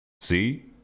see